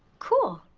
cool.